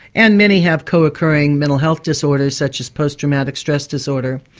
and many have co-occurring mental health disorders, such as post-traumatic stress disorder.